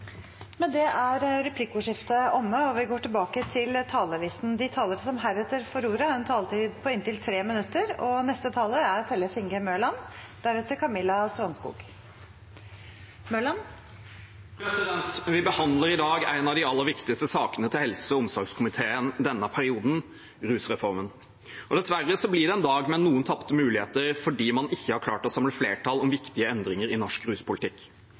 Replikkordskiftet er omme. De talere som heretter får ordet, har en taletid på inntil 3 minutter. Vi behandler i dag en av de aller viktigste sakene til helse- og omsorgskomiteen i denne perioden: rusreformen. Dessverre blir det en dag med noen tapte muligheter fordi man ikke har klart å samle flertall om viktige endringer i norsk ruspolitikk.